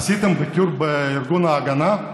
עשיתם ביקור בארגון ההגנה?